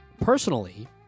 personally